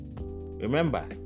Remember